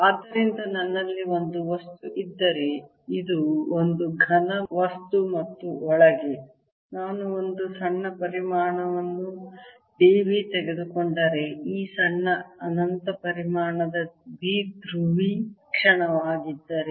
ಆದ್ದರಿಂದ ನನ್ನಲ್ಲಿ ಒಂದು ವಸ್ತು ಇದ್ದರೆ ಇದು ಒಂದು ಘನ ವಸ್ತು ಮತ್ತು ಒಳಗೆ ನಾನು ಒಂದು ಸಣ್ಣ ಪರಿಮಾಣವನ್ನು d v ತೆಗೆದುಕೊಂಡರೆ ಈ ಸಣ್ಣ ಅನಂತ ಪರಿಮಾಣದ ದ್ವಿಧ್ರುವಿ ಕ್ಷಣವಾಗಿದ್ದರೆ